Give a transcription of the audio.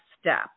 step